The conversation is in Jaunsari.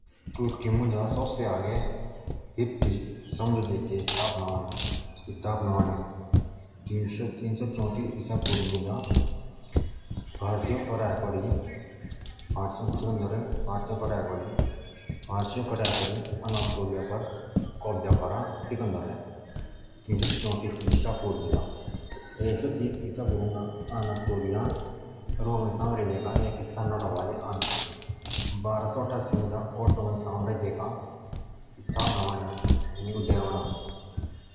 तुर्की मुझ सबसे आगे हिप्टि समाज के स्थापना अणे तीनसो चोतिस ईसा पूर्व मुझ फारसियों हराएं करि आना तोलिया पान्दे कब्जा करा सिकंदरे एक सो तिस मुझ आना तोलिया रोमन साम्राज्य का एक हिस्सा नठा बाजे बारासो अठासी मुझ ओटोवन साम्राज्य के स्थापना अणे।